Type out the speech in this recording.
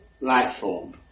life-form